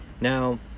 Now